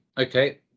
okay